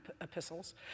epistles